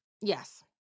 yes